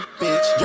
bitch